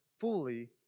Fully